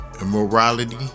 immorality